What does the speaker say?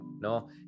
no